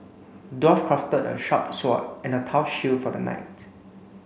dwarf crafted a sharp sword and a tough shield for the knight